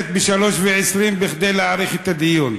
ב-15:20 כדי להאריך את הדיון.